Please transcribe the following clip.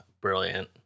brilliant